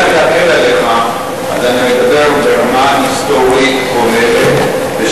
על מנת להקל עליך אני מדבר ברמה היסטורית כוללת.